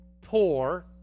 poor